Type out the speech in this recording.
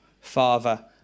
father